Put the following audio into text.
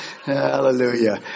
Hallelujah